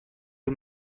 you